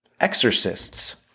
Exorcists